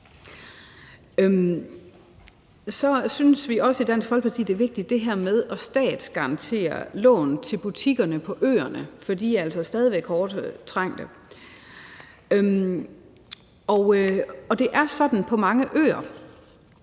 Så synes vi også i Dansk Folkeparti, at det her med at statsgarantere lån til butikkerne på øerne er vigtigt, for de er altså stadig væk hårdt trængt. Det er sådan på mange øer,